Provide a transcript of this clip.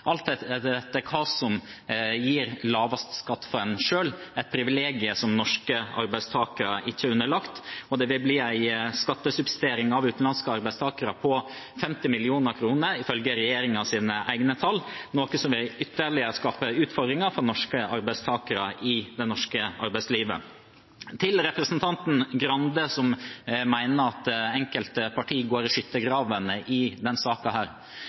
alt etter hva som gir lavest skatt for en selv – et privilegium som norske arbeidstakere ikke er underlagt. Det vil bli en skattesubsidiering av utenlandske arbeidstakere på 50 mill. kr, ifølge regjeringens egne tall, noe som ytterligere vil skape utfordringer for norske arbeidstakere i det norske arbeidslivet. Til representanten Grande, som mener at enkelte partier går i skyttergravene i denne saken: Det jeg gjorde i mitt forrige innlegg, var å vise til hva den